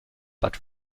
but